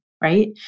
right